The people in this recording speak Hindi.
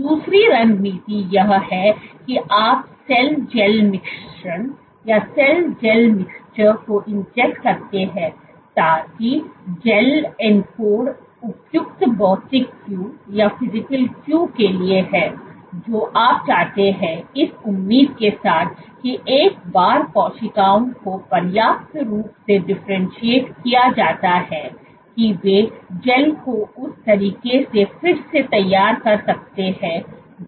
दूसरी रणनीति यह है कि आप सेल जेल मिश्रण को इंजेक्ट करते हैं ताकि जेल एन्कोड उपयुक्त भौतिक क्यू के लिए हैं जो आप चाहते हैं इस उम्मीद के साथ कि एक बार कोशिकाओं को पर्याप्त रूप से डिफरेंटशिएट किया जाता है कि वे जेल को उस तरीके से फिर से तैयार कर सकते हैं जो संभव है